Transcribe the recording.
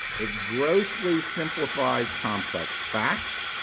it grossly simplifies complex facts.